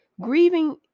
Grieving